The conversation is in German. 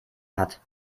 hat